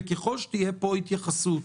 ככל שתהיה פה התייחסות